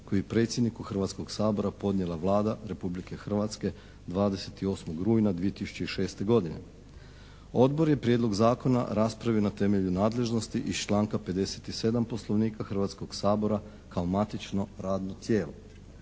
koji je predsjedniku Hrvatskog sabora podnijela Vlada Republike Hrvatske 28. rujna 2006. godine. Odbor je Prijedlog Zakona raspravio na temelju nadležnosti iz članka 57. Poslovnika Hrvatskog sabora kao matično radno tijelo.